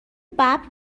ببر